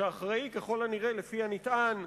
שאחראי, ככל הנראה, לפי הנטען,